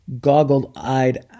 goggled-eyed